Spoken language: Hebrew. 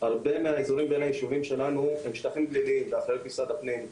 הרבה מהשטחים בין הישובים שלנו הם שטחים גליליים באחריות משרד הפנים,